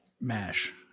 Mash